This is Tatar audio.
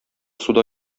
суда